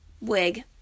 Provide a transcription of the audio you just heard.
wig